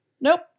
nope